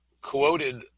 quoted